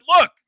look